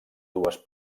dues